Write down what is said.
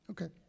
Okay